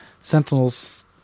Sentinels